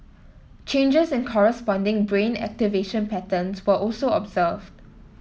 changes in corresponding brain activation patterns were also observed